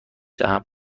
دهم